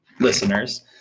Listeners